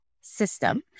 system